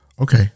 okay